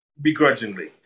Begrudgingly